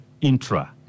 intra